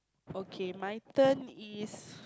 okay my turn is